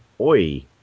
Oi